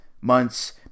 months